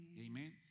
Amen